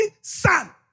son